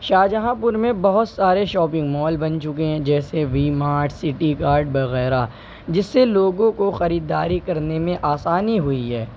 شاہ جہاں پور میں بہت سارے شاپنگ مال بن چکے ہیں جیسے وی مارٹ سٹی گاڈ وغیرہ جس سے لوگوں کو خریداری کرنے میں آسانی ہوئی ہے